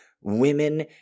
women